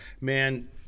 man